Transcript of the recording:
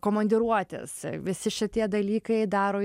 komandiruotės visi šitie dalykai daro